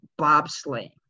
bobsleigh